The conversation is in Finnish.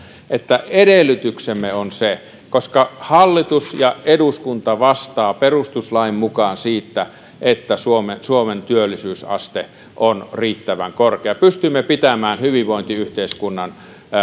niin edellytyksemme on se koska hallitus ja eduskunta vastaavat perustuslain mukaan siitä että suomen suomen työllisyysaste on riittävän korkea pystymme pitämään hyvinvointiyhteiskunnan